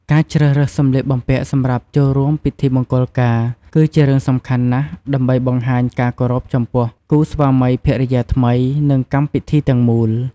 ការជ្រើសរើសសម្លៀកបំពាក់សម្រាប់ចូលរួមពិធីមង្គលការគឺជារឿងសំខាន់ណាស់ ដើម្បីបង្ហាញការគោរពចំពោះគូស្វាមីភរិយាថ្មី និងកម្មពិធីទាំងមូល។